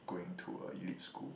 going to a elite school